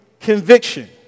conviction